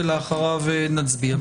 ואחריה נצביע.